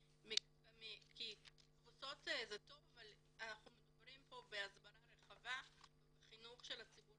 אנחנו מדברים פה על הסברה רחבה ועל חינוך הציבור,